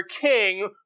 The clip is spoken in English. king